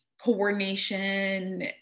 coordination